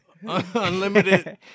unlimited